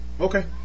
okay